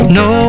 no